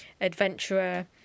adventurer